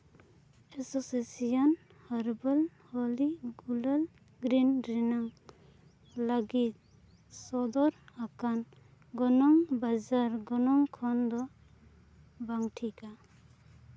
association herbal Holi gulal green ᱨᱮᱱᱟᱜ ᱞᱟᱹᱜᱤᱫ ᱥᱚᱫᱚᱨ ᱟᱠᱟᱱ ᱜᱚᱱᱚᱝ ᱵᱟᱡᱟᱨ ᱜᱚᱱᱚᱝ ᱠᱷᱚᱱ ᱫᱚ ᱵᱟᱝ ᱴᱷᱤᱠᱟ